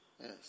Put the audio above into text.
Yes